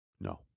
No